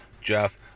Jeff